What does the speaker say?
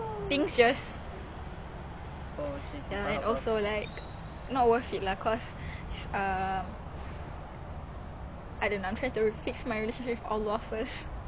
kalau ada jodoh then it will happen